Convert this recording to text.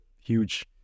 huge